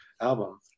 album